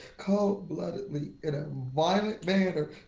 cold-bloodedly in a violent manner.